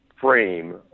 frame